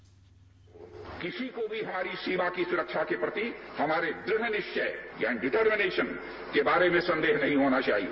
bite एक और किसी को भी हमारी सीमा की सुरक्षा के प्रति हमारे दृढ़ निश्चय यानी डिटरमिनेशन के बारे में संदेह नहीं होना चाहिए